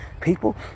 people